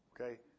Okay